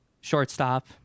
shortstop